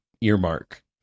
Earmark